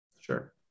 Sure